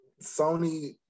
Sony